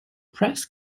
press